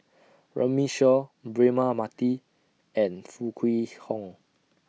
Runme Shaw Braema Mathi and Foo Kwee Horng